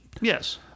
yes